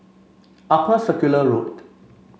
Upper Circular Road